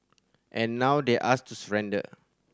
and now they asked to surrender